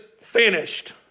finished